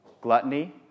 gluttony